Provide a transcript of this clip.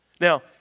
Now